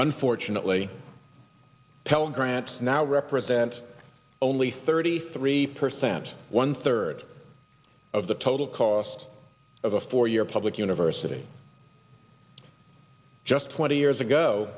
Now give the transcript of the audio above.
unfortunately pell grants now represent only thirty three percent one third of the total cost of a four year public university just twenty years ago